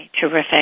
terrific